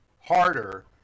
harder